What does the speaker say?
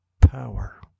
power